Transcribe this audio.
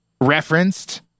referenced